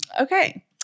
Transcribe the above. Okay